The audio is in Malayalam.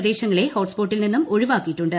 പ്രദേശങ്ങളെ ഹോട്ട് സ്പോട്ടിൽ നിന്നും ഒഴിവാക്കിയിട്ടുണ്ട്